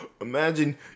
Imagine